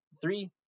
Three